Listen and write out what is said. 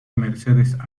mercedes